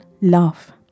love